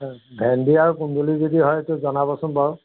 ভেন্দি আৰু কুন্দুলি যদি হয় সেইটো জনাবচোন বাৰু